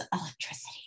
electricity